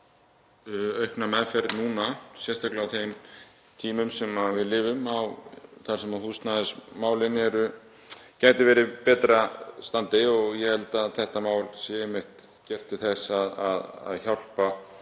að það fái aukna meðferð núna, sérstaklega á þeim tímum sem við lifum þar sem húsnæðismálin gætu verið í betra standi. Ég held að þetta mál sé einmitt gert til þess að hjálpa